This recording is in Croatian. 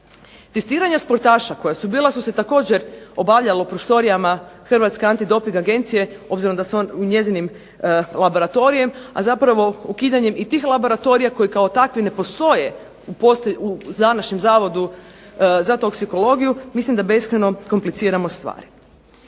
Testiranja sportaša koja su bila su se također obavljala u prostorija Hrvatske antidoping agencije, obzirom da su u njezinom laboratoriju, a zapravo ukidanjem i tih laboratorija koji kao takvi ne postoje u današnjem Zavodu za toksikologiju mislim da beskrajno kompliciramo stvari.